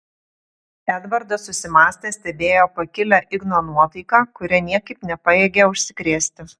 edvardas susimąstęs stebėjo pakilią igno nuotaiką kuria niekaip nepajėgė užsikrėsti